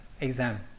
exam